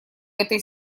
этой